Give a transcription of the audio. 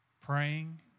Praying